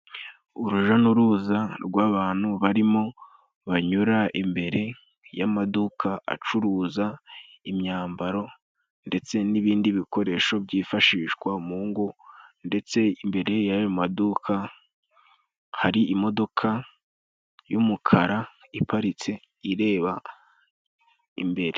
Uruja n'uruza rw'abantu barimo banyura imbere y'amaduka acuruza imyambaro, ndetse n'ibindi bikoresho byifashishwa mu ngo ndetse imbere y'ayo maduka hari imodoka y'umukara iparitse ireba imbere.